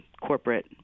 corporate